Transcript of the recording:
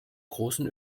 großen